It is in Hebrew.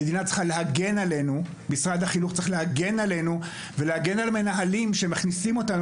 המדינה ומשרד החינוך צריכים להגן עלינו ועל המנהלים שמכניסים אותנו,